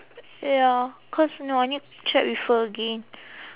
ya cause you know I need check with her again